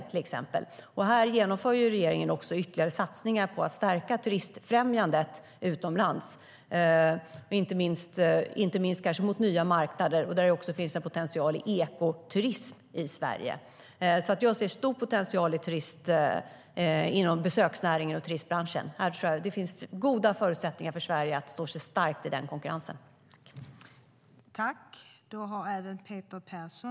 Regeringen genomför också ytterligare satsningar på att stärka turistfrämjandet utomlands, inte minst på nya marknader. Det finns också potential för ekoturism i Sverige. Jag ser alltså stor potential i besöksnäringen och turistbranschen. Det finns goda förutsättningar för Sverige att stå sig starkt i den konkurrensen.